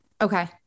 Okay